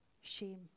shame